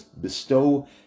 bestow